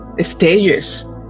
stages